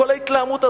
כל ההתלהמות הזאת,